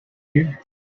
you